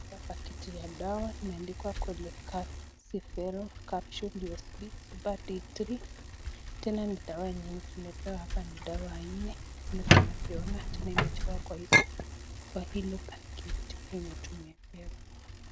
Tumepewa baketi ya dawa imeandikwa Cholecalciferol Capsules USP SuperD3,tena dawa yenye tumepewa hapa ni dawa nne vile tunavyoona tunaye michoro kwa hizo kwa hilo baketi yenye tumepewa.